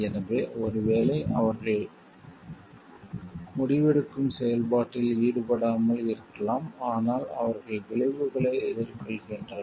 எனவே ஒருவேளை அவர்கள் முடிவெடுக்கும் செயல்பாட்டில் ஈடுபடாமல் இருக்கலாம் ஆனால் அவர்கள் விளைவுகளை எதிர்கொள்கின்றனர்